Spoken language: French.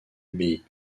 abbaye